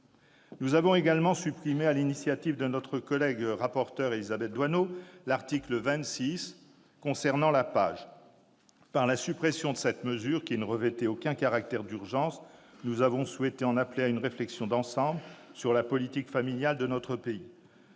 Nous avons également supprimé, sur l'initiative de notre collègue rapporteur Élisabeth Doineau, l'article 26 relatif à la prestation d'accueil du jeune enfant, la PAJE. Par la suppression de cette mesure, qui ne revêtait aucun caractère d'urgence, nous avons souhaité en appeler à une réflexion d'ensemble sur la politique familiale de notre pays.